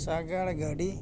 ᱥᱟᱜᱟᱲ ᱜᱟᱹᱰᱤ